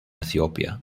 ethiopia